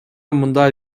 мындай